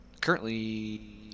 currently